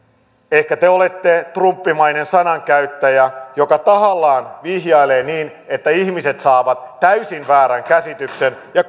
ehkä te olette trumppimainen sanankäyttäjä joka tahallaan vihjailee niin että ihmiset saavat täysin väärän käsityksen ja